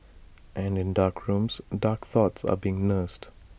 and in dark rooms dark thoughts are being nursed